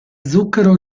zucchero